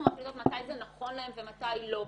אנחנו מחליטות מתי זה נכון להן ומתי לא,